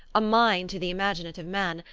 a mine to the imaginative man,